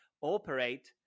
operate